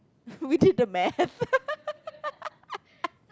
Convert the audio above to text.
we did the maths